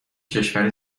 کشور